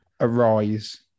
arise